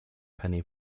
penny